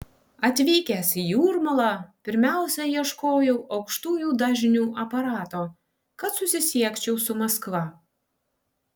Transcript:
atvykęs į jūrmalą pirmiausia ieškojau aukštųjų dažnių aparato kad susisiekčiau su maskva